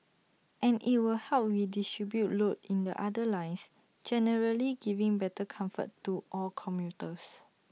and IT will help redistribute load in the other lines generally giving better comfort to all commuters